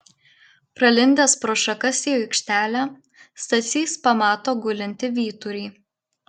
pralindęs pro šakas į aikštelę stasys pamato gulintį vyturį